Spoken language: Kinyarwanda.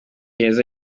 heza